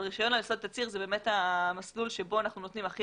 אבל רישיון לעשות תצהיר זה באמת המסלול בו אנחנו נותנים הכי